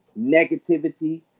negativity